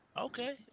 Okay